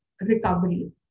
recovery